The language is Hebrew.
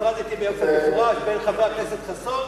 הפרדתי באופן מפורש בין חבר הכנסת חסון